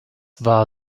war